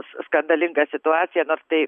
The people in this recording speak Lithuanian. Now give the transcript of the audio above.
skandalingą situaciją nors tai